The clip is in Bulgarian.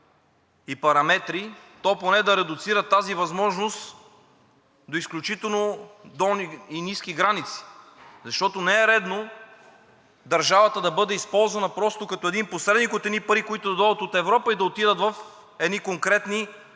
и параметри, поне да редуцират тази възможност до изключително долни и ниски граници, защото не е редно държавата да бъде използвана просто като един посредник за едни пари, които да дойдат от Европа и да отидат в едни конкретни